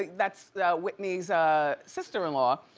that's whitney's sister in law.